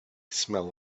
smell